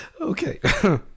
Okay